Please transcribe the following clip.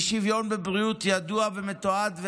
האי-שוויון בבריאות ידוע ומתועד,